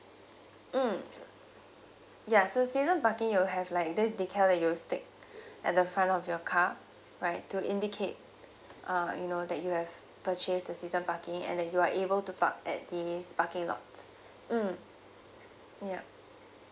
mm ya so season parking you'll have like this detail that you'll stick at the front of your car right to indicate uh you know that you have purchased the season parking and that you're able to park at this parking lot mm ya